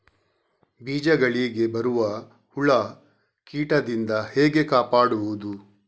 ಬೀಜಗಳಿಗೆ ಬರುವ ಹುಳ, ಕೀಟದಿಂದ ಹೇಗೆ ಕಾಪಾಡುವುದು?